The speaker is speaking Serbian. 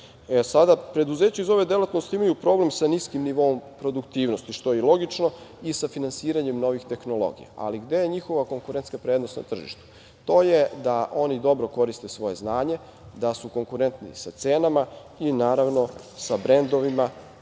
Preduzeća iz ove delatnosti imaju problem sa niskim nivoom produktivnosti, što je i logično, i sa finansiranjem novih tehnologija, ali gde je njihova konkurentska prednost na tržištu? To je da oni dobro koriste svoje znanje, da su konkurentni sa cenama i naravno sa brendovima